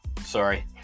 sorry